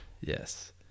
yes